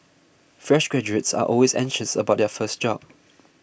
fresh graduates are always anxious about their first job